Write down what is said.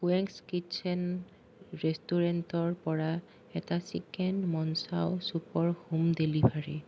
wings kitchen ৰেষ্টুৰেণ্টৰপৰা এটা chicken manchow চুপৰ হোম ডেলিভাৰী